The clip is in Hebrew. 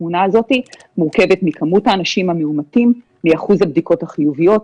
התמונה הזאת מורכבת מכמות האנשים המאומתים מאחוז הבדיקות החיוביות.